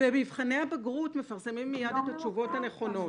במבחני הבגרות מפרסמים מיד את התשובות הנכונות